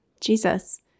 Jesus